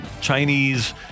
Chinese